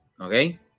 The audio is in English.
Okay